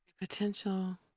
Potential